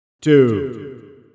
Two